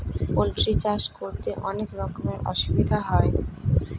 poultry চাষ করতে অনেক রকমের অসুবিধা হয়